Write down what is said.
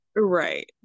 Right